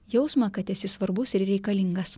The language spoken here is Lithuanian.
jausmą kad esi svarbus ir reikalingas